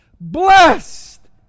Blessed